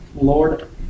Lord